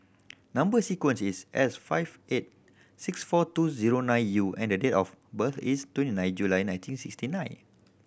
number sequence is S five eight six four two zero nine U and date of birth is twenty nine July nineteen sixty nine